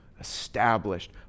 established